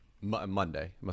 Monday